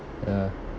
ya